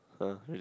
!huh! read